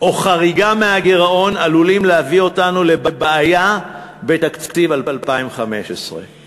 או חריגה מיעד הגירעון עלולות להביא אותנו לבעיה בתקציב 2015. כן,